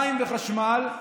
מים וחשמל,